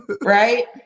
Right